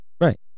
Right